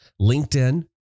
LinkedIn